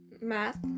math